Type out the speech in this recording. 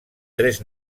tres